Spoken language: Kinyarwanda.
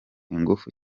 ingufu